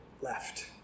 left